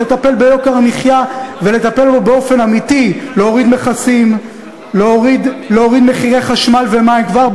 אבל באופוזיציה היא לא מצליחה לעמוד בהתחייבויות שלה.